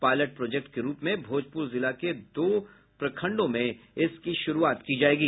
pilot project के रूप में भोजपुर जिलों के दो प्रखंडों में इसकी शुरूआत की जायेगी